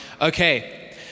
okay